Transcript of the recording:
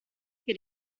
che